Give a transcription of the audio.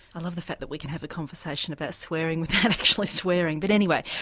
i love the fact that we can have a conversation about swearing without actually swearing, but anyway.